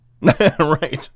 Right